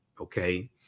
okay